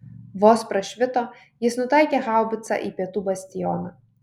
vos prašvito jis nutaikė haubicą į pietų bastioną